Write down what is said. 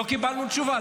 לא קיבלנו תשובה.